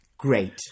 Great